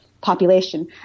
population